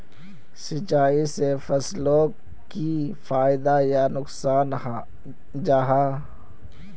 सिंचाई से फसलोक की फायदा या नुकसान जाहा?